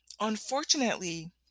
unfortunately